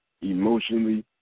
emotionally